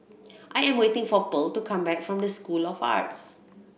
I am waiting for Pearl to come back from the School of Arts